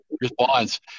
response